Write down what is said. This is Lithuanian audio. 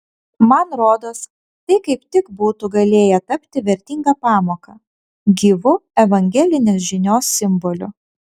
man rodos tai kaip tik būtų galėję tapti vertinga pamoka gyvu evangelinės žinios simboliu